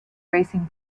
racing